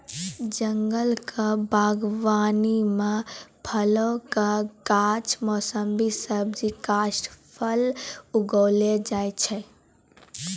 जंगल क बागबानी म फलो कॅ गाछ, मौसमी सब्जी, काष्ठफल उगैलो जाय छै